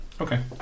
okay